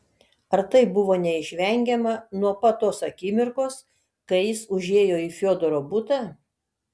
ar tai buvo neišvengiama nuo pat tos akimirkos kai jis užėjo į fiodoro butą